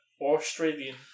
Australian